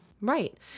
Right